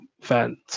fans